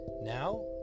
Now